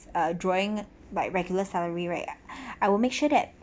ah drawing my regular salary right I will make sure that